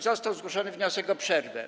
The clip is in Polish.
Został zgłoszony wniosek o przerwę.